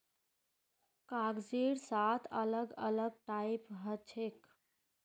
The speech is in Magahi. कागजेर सात अलग अलग टाइप हछेक